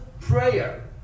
prayer